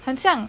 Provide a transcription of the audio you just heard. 很像